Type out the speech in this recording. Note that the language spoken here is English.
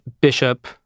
bishop